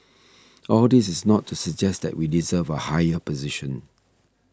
all this is not to suggest that we deserve a higher position